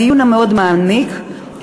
בדיון המעמיק מאוד,